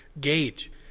gauge